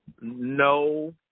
no